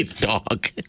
dog